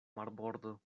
marbordo